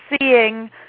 seeing